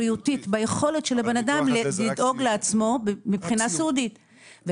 ביכולת של הבן אדם לדאוג לעצמו מבחינה סיעודית.